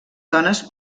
dones